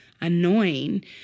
annoying